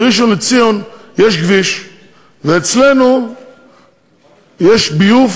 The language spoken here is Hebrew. בראשון-לציון יש כביש ואצלנו יש ביוב